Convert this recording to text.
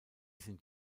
sind